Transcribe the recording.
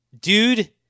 dude